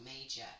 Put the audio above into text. Major